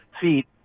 feet